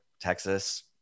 Texas